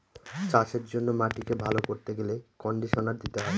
চাষের জন্য মাটিকে ভালো করতে গেলে কন্ডিশনার দিতে হয়